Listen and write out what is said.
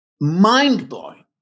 mind-blowing